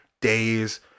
days